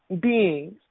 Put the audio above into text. beings